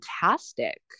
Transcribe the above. fantastic